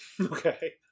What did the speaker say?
Okay